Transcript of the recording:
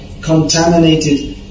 contaminated